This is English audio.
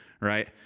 right